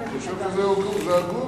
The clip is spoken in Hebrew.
אני חושב שזה הגון.